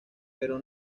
pero